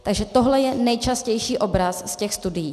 Takže tohle je nejčastější obraz z těch studií.